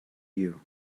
you